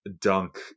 dunk